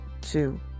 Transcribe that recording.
two